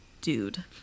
dude